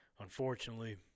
Unfortunately